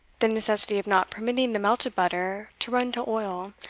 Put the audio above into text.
the necessity of not permitting the melted butter to run to oil,